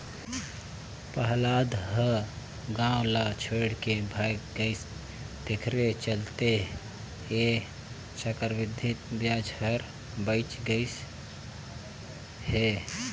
पहलाद ह गाव ल छोएड के भाएग गइस तेखरे चलते ऐ चक्रबृद्धि बियाज हर बांएच गइस हे